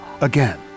again